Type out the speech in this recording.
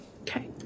Okay